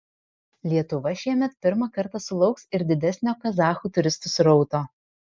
lietuva šiemet pirmą kartą sulauks ir didesnio kazachų turistų srauto